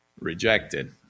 rejected